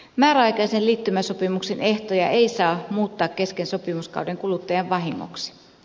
määräaikaisen liittymäsopimuksen ehtoja ei saa muuttaa kesken sopimuskauden kuluttajan vahingoksi